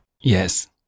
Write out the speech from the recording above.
Yes